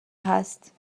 هست